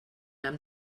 amb